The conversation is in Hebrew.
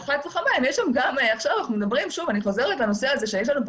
ושוב אני חוזרת לנושא הזה שיש לנו פה